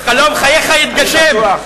חלום חייך התגשם.